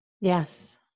Yes